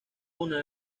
una